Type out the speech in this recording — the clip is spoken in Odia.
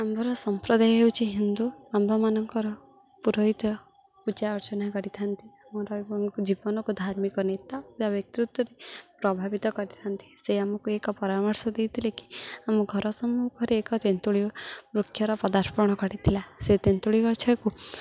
ଆମ୍ଭର ସମ୍ପ୍ରଦାୟ ହେଛିଛି ହିନ୍ଦୁ ଆମ୍ଭମାନଙ୍କର ପୁରୋହିତ ପୂଜା ଅର୍ଚ୍ଚନା କରିଥାନ୍ତି ଆମର ଏବଂ ଜୀବନକୁ ଧାର୍ମିକ ନିତ୍ୟ ବା ନେତୃତ୍ୱରେ ପ୍ରଭାବିତ କରିଥାନ୍ତି ସେ ଆମକୁ ଏକ ପରାମର୍ଶ ଦେଇଥିଲେ କି ଆମ ଘର ସମ୍ମୁଖରେ ଏକ ତେନ୍ତୁଳି ବୃକ୍ଷର ପଦାର୍ପଣ କରିଥିଲା ସେ ତେନ୍ତୁଳି ଗଛକୁ